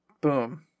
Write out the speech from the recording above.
boom